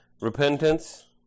repentance